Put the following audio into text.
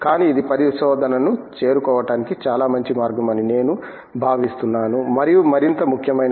కానీ ఇది పరిశోధనను చేరుకోవటానికి చాలా మంచి మార్గం అని నేను భావిస్తున్నాను మరియు మరింత ముఖ్యమైనది